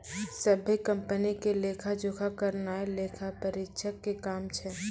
सभ्भे कंपनी के लेखा जोखा करनाय लेखा परीक्षक के काम छै